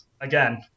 again